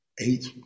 eight